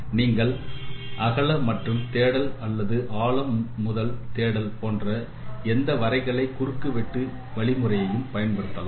நீங்கள் அகல முதல் தேடல் அல்லது ஆழம் முதல் தேடல் போன்ற எந்த வரைகலை குறுக்கு வெட்டு வழிமுறையையும் பயன்படுத்தலாம்